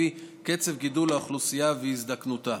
לפי קצב גידול האוכלוסייה והזדקנותה.